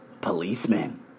Policeman